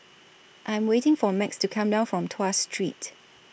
I'm waiting For Max to Come Back from Tuas Street